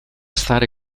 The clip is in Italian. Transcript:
stare